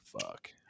Fuck